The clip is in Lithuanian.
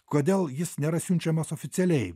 kodėl jis nėra siunčiamas oficialiai